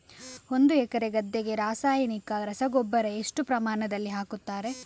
ಒಂದು ಎಕರೆ ಗದ್ದೆಗೆ ರಾಸಾಯನಿಕ ರಸಗೊಬ್ಬರ ಎಷ್ಟು ಪ್ರಮಾಣದಲ್ಲಿ ಹಾಕುತ್ತಾರೆ?